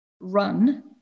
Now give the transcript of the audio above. run